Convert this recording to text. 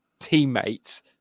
teammates